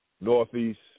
Northeast